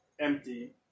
empty